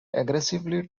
aggressively